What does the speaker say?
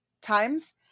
times